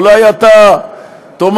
אולי אתה תאמר,